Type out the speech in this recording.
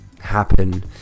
happen